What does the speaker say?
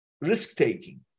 risk-taking